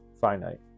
finite